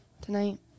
Tonight